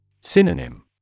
Synonym